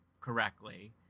correctly